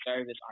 service